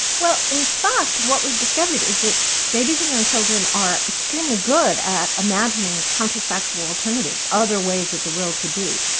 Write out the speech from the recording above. well in fact, what we discovered is that babies and young children are extremely good at imagining counter-factual alternatives, other ways that the world could be,